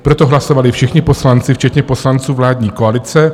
Pro to hlasovali všichni poslanci, včetně poslanců vládní koalice.